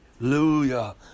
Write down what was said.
Hallelujah